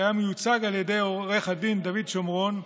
שהיה מיוצג על ידי עו"ד דוד שמרון,